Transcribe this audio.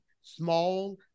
small